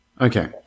Okay